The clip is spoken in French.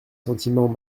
sentiments